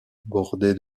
bordé